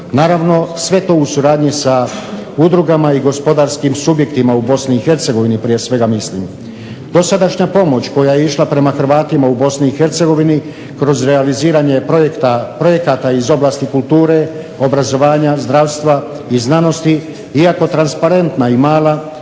Naravno sve to u suradnji sa udrugama i gospodarskim subjektima u Bosni i Hercegovini, prije svega mislim. Dosadašnja pomoć koja je išla prema Hrvatima u Bosni i Hercegovini kroz realiziranje projekata iz oblasti kulture, obrazovanja, zdravstva i znanosti, iako transparentna i mala